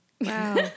Wow